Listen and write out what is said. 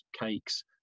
cakes